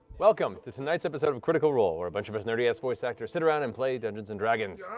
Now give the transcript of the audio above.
welcome to tonight's episode of critical role, where a bunch of us nerdy-ass voice actors sit around and play dungeons and dragons,